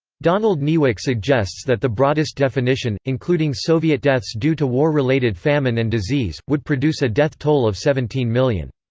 donald niewyk suggests that the broadest definition, including soviet deaths due to war-related famine and disease, would produce a death toll of seventeen million.